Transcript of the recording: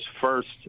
first